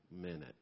minute